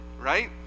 right